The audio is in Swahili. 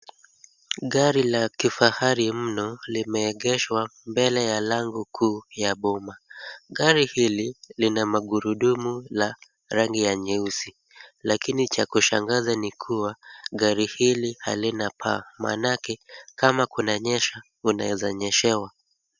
Gari la kifahari mno limeegeshwa mbele ya lango kuu ya boma. Gari hili lina magurudumu la rangi ya nyeusi, lakini cha kushangaza ni kuwa gari hili halina paa, maanake kama kunanyesha unaweza nyeshewa